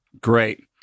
Great